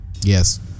Yes